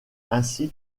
ainsi